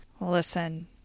Listen